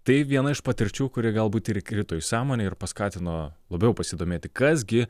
tai viena iš patirčių kuri galbūt ir įkrito į sąmonę ir paskatino labiau pasidomėti kas gi